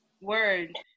Word